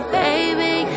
baby